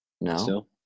No